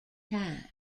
time